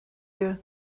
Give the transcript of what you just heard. you